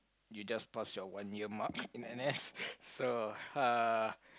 you just passed your one year mark in n_s so uh